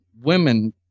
Women